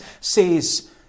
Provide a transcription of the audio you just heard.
says